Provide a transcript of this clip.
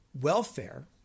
welfare